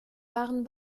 waren